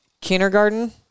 kindergarten